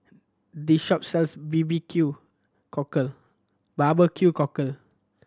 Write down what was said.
this shop sells B B Q Cockle barbecue cockle